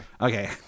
Okay